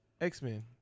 X-Men